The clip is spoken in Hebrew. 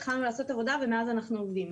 התחלנו לעשות עבודה ומאז אנחנו עובדים.